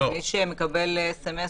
מי שמקבל סמ"ס,